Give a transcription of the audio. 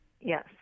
Yes